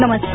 नमस्कार